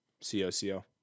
C-O-C-O